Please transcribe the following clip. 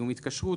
סיום התקשרות.